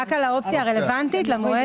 כיוון